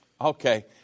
Okay